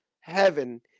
heaven